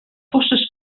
fosses